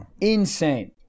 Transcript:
Insane